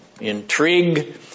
intrigue